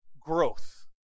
growth